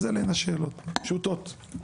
אלה הן השאלות, פשוטות.